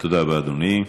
תודה רבה, אדוני.